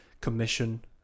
commission